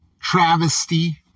travesty